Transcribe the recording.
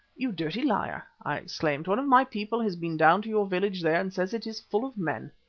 you dirty liar, i exclaimed one of my people has been down to your village there and says it is full of men.